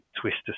Twister